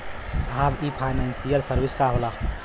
साहब इ financial service का होला?